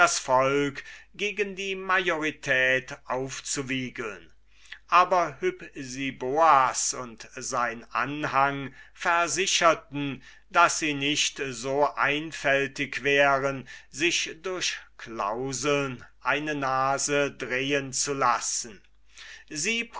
gegen die majorität aufzuwiegeln aber der nomophylax und sein anhang versicherten daß sie nicht so einfältig wären sich durch clauseln eine nase drehen zu lassen sie